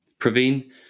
praveen